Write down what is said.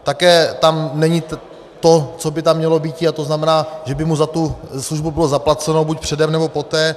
Také tam není to, co by tam mělo být, a to znamená, že by mu za tu službu bylo zaplaceno buď předem, nebo poté.